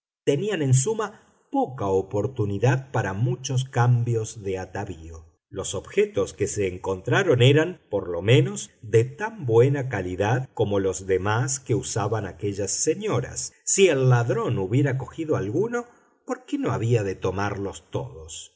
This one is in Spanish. tenían en suma poca oportunidad para muchos cambios de atavío los objetos que se encontraron eran por lo menos de tan buena calidad como los demás que usaban aquellas señoras si el ladrón hubiera cogido alguno por qué no había de tomarlos todos